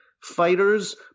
fighters